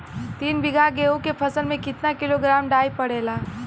तीन बिघा गेहूँ के फसल मे कितना किलोग्राम डाई पड़ेला?